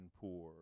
poor